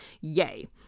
Yay